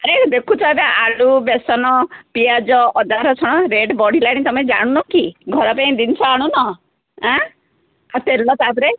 ଆରେ ଦେଖୁଛ ଏବେ ଆଳୁ ବେସନ ପିଆଜ ଅଦା ରସୁଣ ରେଟ୍ ବଢ଼ିଲାଣି ତୁମେ ଜାଣୁନ କି ଘରପାଇଁ ଜିନିଷ ଆଣୁନ ଆଁ ଆଉ ତେଲ ତାପରେ